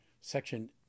section